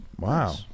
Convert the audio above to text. Wow